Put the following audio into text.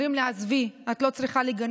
אומרים לי, עזבי, את לא צריכה לגנות.